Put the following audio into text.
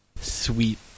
sweet